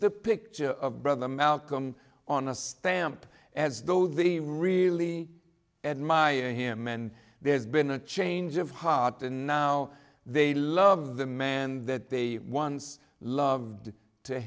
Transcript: the picture of brother malcolm on a stamp as though the really admire him and there's been a change of heart and now they love the man that they once loved to